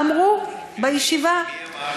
השרים בממשלת נתניהו ב-1997 אמרו בישיבה, מי אמר?